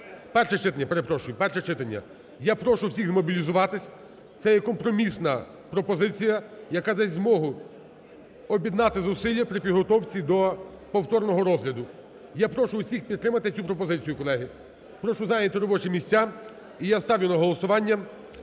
Перше читання, перепрошую, перше читання. Я прошу всіх змобілізуватися, це є компромісна пропозиція, яка дасть змогу об'єднати зусилля при підготовці до повторного розгляду. Я прошу всіх підтримати цю пропозицію, колеги. Прошу зайняти робочі місця. І я ставлю на голосування